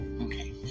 Okay